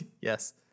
Yes